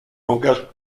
langage